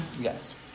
Yes